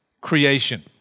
creation